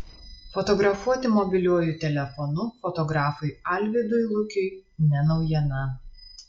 fotografuoti mobiliuoju telefonu fotografui alvydui lukiui ne naujiena